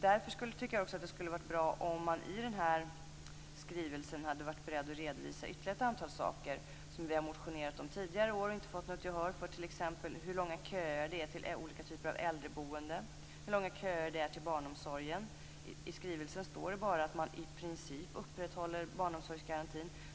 Därför tycker jag att det skulle ha varit bra om man i den här skrivelsen hade varit beredd att redovisa ytterligare ett antal saker som vi har motionerat om tidigare år men inte fått något gehör för, t.ex. hur långa köer det är till olika typer av äldreboende, hur långa köer det är till barnomsorgen. I skrivelsen står det bara att man i princip upprätthåller barnomsorgsgarantin.